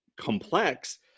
complex